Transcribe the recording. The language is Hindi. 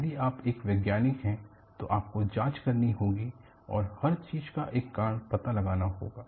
यदि आप एक वैज्ञानिक हैं तो आपको जाँच करनी होगी और हर चीज का एक कारण पता लगाना होगा